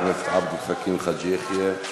חבר הכנסת דב חנין, בבקשה.